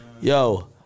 Yo